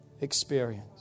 experience